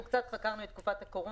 אנחנו קצת חקרנו את תקופת הקורונה.